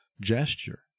gesture